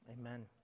Amen